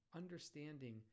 understanding